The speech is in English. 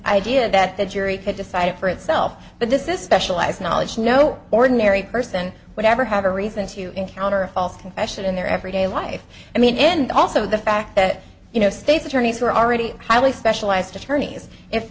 idea that the jury could decide for itself but this is specialized knowledge no ordinary person would ever have a reason to encounter a false confession in their everyday life i mean and also the fact that you know states attorneys who are already highly specialized attorneys if